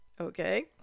Okay